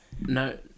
No